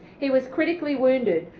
he was critically wounded,